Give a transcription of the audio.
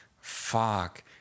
fuck